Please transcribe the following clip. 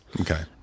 Okay